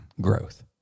growth